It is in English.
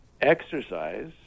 Exercise